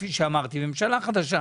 כפי שאמרתי וממשלה חדשה,